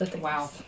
Wow